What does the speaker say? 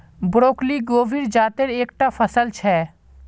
broccoli गोभीर जातेर एक टा फसल छे